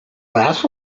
last